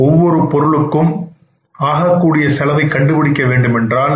மேலும் ஒவ்வொரு பொருளுக்கும் ஆகக்கூடிய செலவைக் கண்டுபிடிக்க வேண்டுமென்றால்